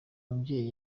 mubyeyi